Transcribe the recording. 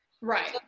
Right